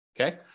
Okay